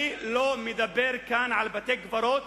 אני לא מדבר כאן על בתי-קברות